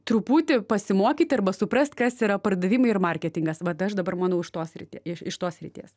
truputį pasimokyti arba suprast kas yra pardavimai ir marketingas vat aš dabar manau iš tos sritie i iš tos srities